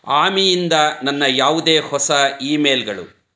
ಆಮಿಯಿಂದ ನನ್ನ ಯಾವುದೇ ಹೊಸ ಇಮೇಲ್ಗಳು